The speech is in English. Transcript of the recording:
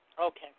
Okay